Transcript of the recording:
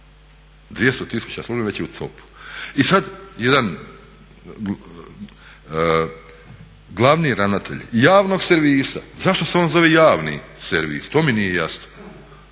200 tisuća službenika već je u COP-u. I sada jedan glavni ravnatelj javnog servisa, zašto se on zove javni servis, to mi nije jasno